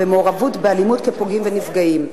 והם מעורבים באלימות כפוגעים וכנפגעים.